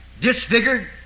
disfigured